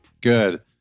Good